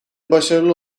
başarılı